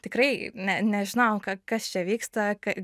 tikrai ne nežinojau ka kas čia vyksta ka